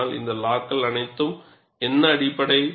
ஆனால் இந்த லா க்கள் அனைத்திற்கும் என்ன அடிப்படை